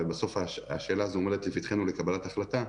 הרי בסוף השאלה הזו עומדת לפתחנו לקבלת החלטה,